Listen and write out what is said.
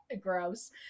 gross